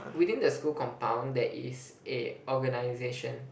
within the school compound there is a organization